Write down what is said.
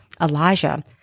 Elijah